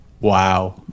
Wow